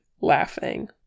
laughing